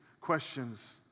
questions